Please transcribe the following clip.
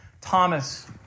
Thomas